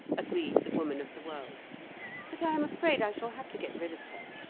agreed the woman of the world but i am afraid i shall have to get rid of her.